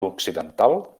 occidental